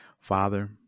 father